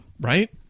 Right